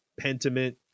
pentiment